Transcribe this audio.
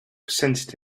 presented